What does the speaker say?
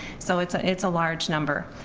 so it's ah it's a large number.